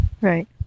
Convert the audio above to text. Right